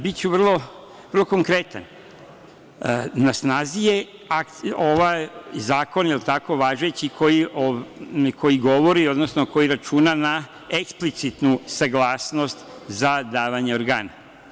Biću vrlo konkretan, na snazi je ovaj zakon, važeći koji govori, odnosno koji računa na eksplicitnu saglasnost za davanje organa.